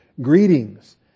greetings